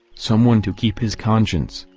someone to keep his conscience,